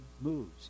moves